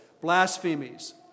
blasphemies